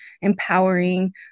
empowering